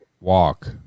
walk